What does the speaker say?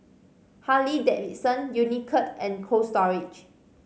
Harley Davidson Unicurd and Cold Storage